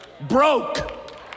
broke